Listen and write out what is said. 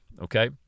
Okay